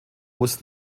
muss